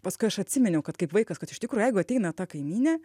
paskui aš atsiminiau kad kaip vaikas kad iš tikro jeigu ateina ta kaimynė